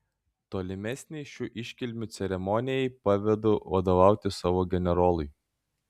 tolimesnei šių iškilmių ceremonijai pavedu vadovauti savo generolui